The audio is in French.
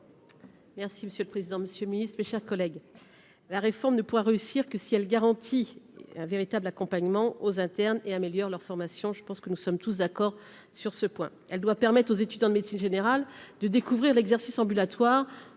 Merci monsieur le président, monsieur Ministre, mes chers collègues, la réforme ne pourra réussir que si elle garantit un véritable accompagnement aux internes et améliore leur formation je pense que nous sommes tous d'accord sur ce point, elle doit permettre aux étudiants de médecine générale de découvrir l'exercice ambulatoire